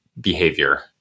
behavior